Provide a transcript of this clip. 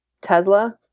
Tesla